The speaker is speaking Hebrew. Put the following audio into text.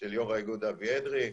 של יו"ר האיגוד, אבי אדרי.